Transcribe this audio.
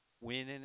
winning